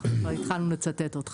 אנחנו כבר מצטטים אותך.